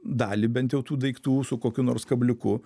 dalį bent jau tų daiktų su kokiu nors kabliuku